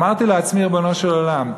ואמרתי לעצמי: ריבונו של עולם,